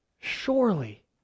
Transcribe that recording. Surely